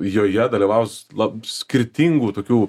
joje dalyvaus lab skirtingų tokių